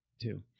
Two